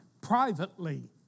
privately